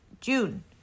June